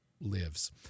lives